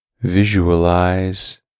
Visualize